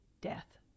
death